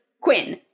Quinn